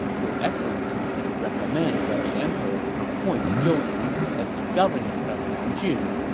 your excellency can recommend that the emperor appoint zhou yu as the governor of nanjun,